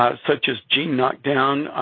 such as gene knockdown,